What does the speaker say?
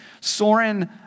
Soren